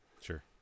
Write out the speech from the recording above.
Sure